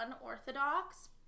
Unorthodox